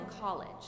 college